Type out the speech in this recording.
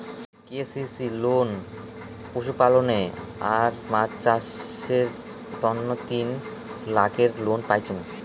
KCC loan পশুপালনে আর মাছ চাষের তন্ন তিন লাখের লোন পাইচুঙ